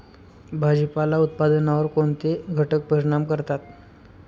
भाजीपाला उत्पादनावर कोणते घटक परिणाम करतात?